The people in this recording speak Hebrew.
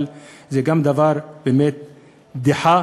אבל זה גם דבר שהוא באמת בדיחה,